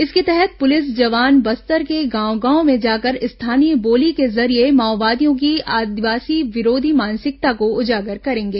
इसके तहत पुलिस जवान बस्तर के गांव गांव में जाकर स्थानीय बोली के जरिए माओवादियों की आदिवासी विरोधी मानसिकता को उजागर करेंगे